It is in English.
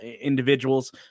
individuals